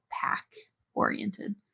pack-oriented